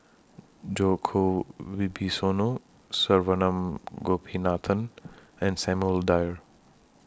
Djoko Wibisono Saravanan Gopinathan and Samuel Dyer